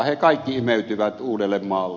he kaikki imeytyvät uudellemaalle